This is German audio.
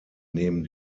neben